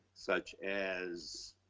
such as